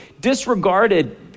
disregarded